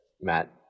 Matt